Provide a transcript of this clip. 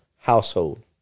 household